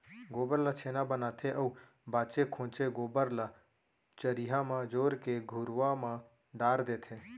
गोबर ल छेना बनाथे अउ बांचे खोंचे गोबर ल चरिहा म जोर के घुरूवा म डार देथे